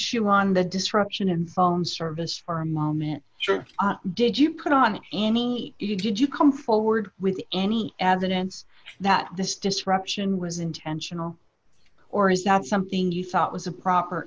you on the disruption in phone service for a moment sure did you put on any it did you come forward with any evidence that this disruption was intentional or is not something you thought was a proper